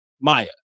Maya